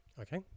Okay